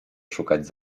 szukać